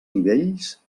nivells